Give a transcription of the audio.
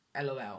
LOL